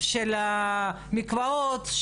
של מקוואות,